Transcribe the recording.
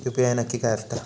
UPI नक्की काय आसता?